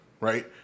right